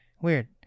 Weird